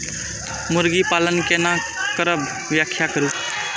मुर्गी पालन केना करब व्याख्या करु?